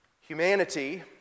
Humanity